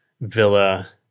villa